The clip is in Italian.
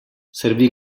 servì